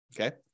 Okay